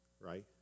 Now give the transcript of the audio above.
Right